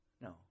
no